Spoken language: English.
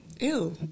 Ew